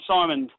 Simon